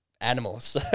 animals